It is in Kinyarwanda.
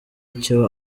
icyo